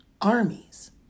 armies